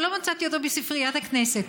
אבל לא מצאתי אותו בספריית הכנסת,